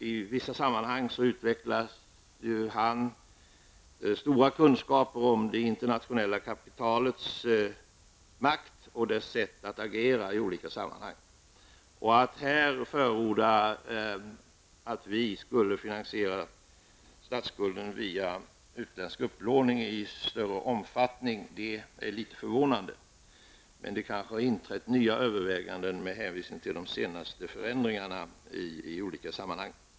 I en del sammanhang visar han ju stora kunskaper om det internationella kapitalets makt och dess sätt att agera. Men att här förorda att vi i större omfattning borde finansiera statsskulden via utländsk upplåning är något förvånande, men det kan kanske ha blivit nya överväganden efter de senaste förändringarna i olika sammanhang.